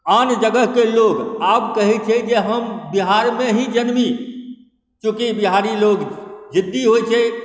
आन जगहक लोक आब कहै छै जे हम बिहारमे ही जन्मी चुॅंकि बिहारी लोग ज़िद्दी होइ छै